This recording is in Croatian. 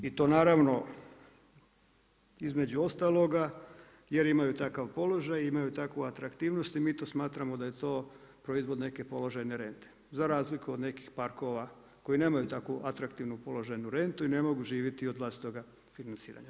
I to naravno između ostaloga jer imaju takav položaj, imaju takvu atraktivnost i mi to smatramo da je to proizvod neke položajne rente, za razliku od nekih parkova koji nemaju tako atraktivnu položajnu rentu i ne mogu živjeti od vlastitoga financiranja.